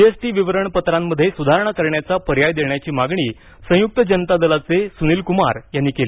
GST विवरणपत्रामध्ये सुधारणा करण्याचा पर्याय देण्याची मागणी संयुक्त जनता दलाचे सुनीलकुमार यांनी केली